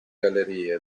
gallerie